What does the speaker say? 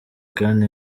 kandi